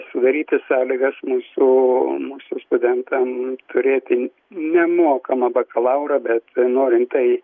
sudaryti sąlygas mūsų o mūsų studentam turėti nemokamą bakalaurą bet norint tai